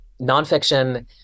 Nonfiction